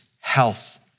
health